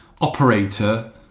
operator